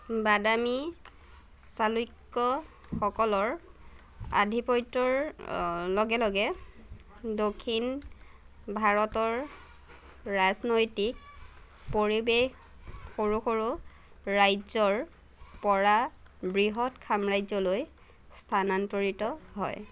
বাদামী চালুক্যসকলৰ আধিপত্যৰ লগে লগে দক্ষিণ ভাৰতৰ ৰাজনৈতিক পৰিৱেশ সৰু সৰু ৰাজ্যৰপৰা বৃহৎ সাম্ৰাজ্যলৈ স্থানান্তৰিত হয়